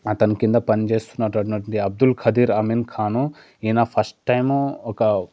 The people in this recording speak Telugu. అతని క్రింద పనిచేస్తున్న అటువంటి అబ్దుల్ ఖదీర్ అమీన్ ఖాను ఈయన ఫస్ట్ టైం ఒక